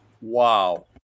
wow